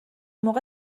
موقع